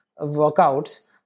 workouts